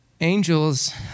angels